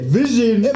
vision